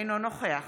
אינו נוכח